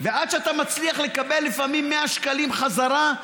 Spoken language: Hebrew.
ועד שאתה מצליח לקבל לפעמים 100 שקלים חזרה,